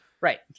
Right